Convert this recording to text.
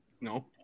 No